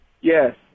Yes